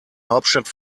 hauptstadt